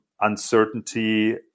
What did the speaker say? uncertainty